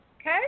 okay